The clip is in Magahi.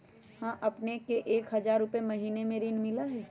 हां अपने के एक हजार रु महीने में ऋण मिलहई?